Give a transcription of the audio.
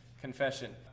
confession